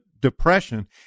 depression